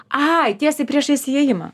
ai tiesiai priešais įėjimą